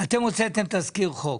אתם הוצאתם תזכיר חוק,